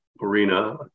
arena